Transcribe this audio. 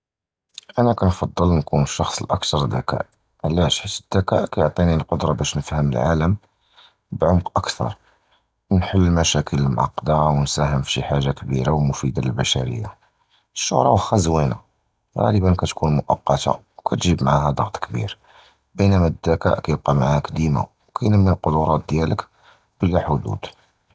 אִנַא קִנְפַדַּל נִكּוּן אִל-שַחְס אִל-אַכְתַר זְכִּי, עַלַאש? חִית אִל-זְכָּאא קִתְּעַטִּי אִל-קֻדְּרָה בַּאש נִפְהַם אִל-עָלַם בְּעֻמְק אַכְתַר, נַחַל אִל-מַשָאשִל אִל-מֻעַקַּדָה, וְנִשַהַם פִי שִי חַאגָה קְבִירָה וּמוּפִידָה לִל-בַּשַרִיָּה. אִל-שְשַהְרָה וַחְכָּא זְוִינָה, גַ'לְבָּאן קִתְּקוּן מֻוַקַּת, וְקִתְּגִיב מַעָהָה דִצְ'ץ כְבִּיר, בִּמְיְנָאא אִל-זְכָּאא קִיְבְּקִי מַעַאק דִימָא וְקִינַמִּי אִל-קֻדְּרָאת דִיַּלְך בְּלַא חֻדוּד.